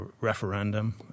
referendum